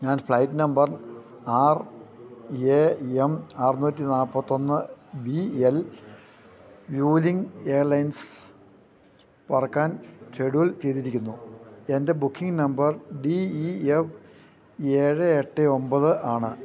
ഞാൻ flight number R A M അറുന്നൂറ്റിനാല്പത്തൊന്ന് B L Vueling airlines പറക്കാൻ ഷെഡ്യൂൾ ചെയ്തിരിക്കുന്നു എൻ്റെ booking number D E F ഏഴ് എട്ട് ഒമ്പത് ആണ്